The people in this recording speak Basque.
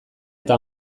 eta